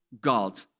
God